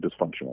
dysfunctional